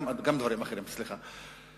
גם דברים אחרים, סליחה.